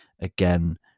Again